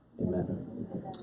Amen